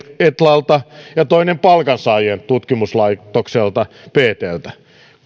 etlalta ja toisen palkansaajien tutkimuslaitokselta ptltä